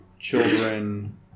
children